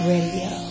Radio